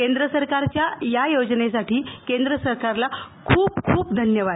केंद्र सरकारच्या या योजनेसाठी केंद्र सरकारला खूप खूप धन्यवाद